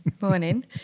morning